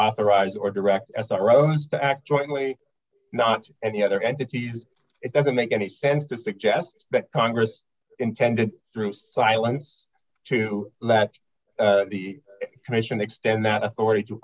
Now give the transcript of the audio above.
authorize or direct s r o to act jointly not any other entities it doesn't make any sense to suggest that congress intended through silence to that the commission to extend that authority to